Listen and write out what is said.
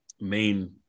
main